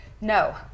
No